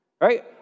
right